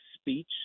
speech